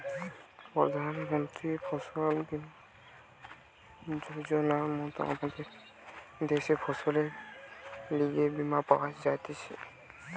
প্রধান মন্ত্রী ফসল বীমা যোজনার মত আমদের দ্যাশে ফসলের লিগে বীমা পাওয়া যাইতেছে